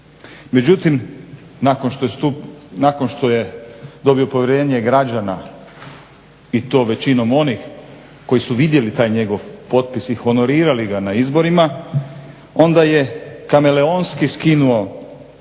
Međutim, nakon što je dobio povjerenje građana i to većinom onih koji su vidjeli taj njegov potpis i honorirali ga na izborima onda je kameleonski skinuo